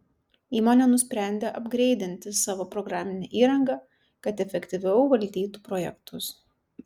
įmonė nusprendė apgreidinti savo programinę įrangą kad efektyviau valdytų projektus